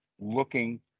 looking